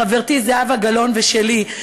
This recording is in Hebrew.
חברתי זהבה גלאון ושלי,